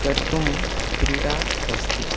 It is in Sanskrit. कर्तुं क्रीडा अस्ति